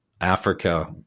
Africa